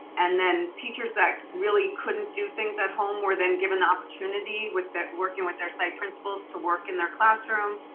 and then teachers that really couldn't do things at home were then given the opportunity with working with their site principals to work in their classroom,